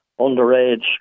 underage